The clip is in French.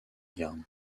garde